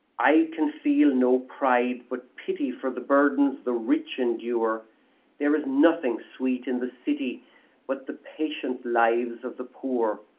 i can feel no pride, but pity for the burdens the rich endure there is nothing sweet in the city but the patient lives of the poor.